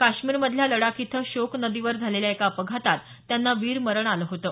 काश्मीरमधल्या याच्या लडाख इथ श्योक नदीवर झालेल्या एका अपघातात त्यांना वीरमरण आलं होतं